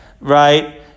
right